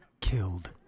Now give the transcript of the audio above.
killed